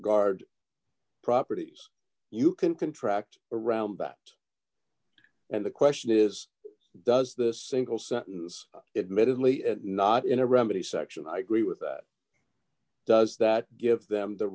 guard properties you can contract around backed and the question is d does the single sentence admittedly not in a remedy section i agree with does that give them the